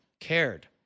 cared